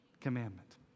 commandment